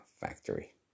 factory